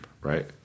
right